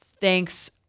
Thanks